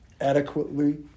adequately